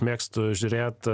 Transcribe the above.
mėgstu žiūrėt